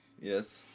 Yes